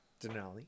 Denali